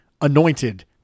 anointed